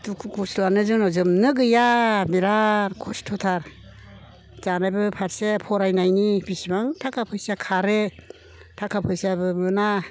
दुखु खस्थ'आनो जोंना जोबनो गैया बेराद खस्थ'थार जानायबो फारसे फरायनायनि बिसिबां थाखा फैसा खारो थाखा फैसाबो मोना